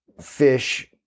fish